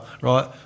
right